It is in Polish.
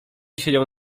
siedział